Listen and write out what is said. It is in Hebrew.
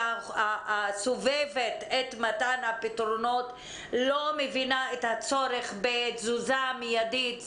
הסובבת את מתן הפתרונות לא מבינה את הצורך בתזוזה מידית.